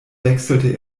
wechselte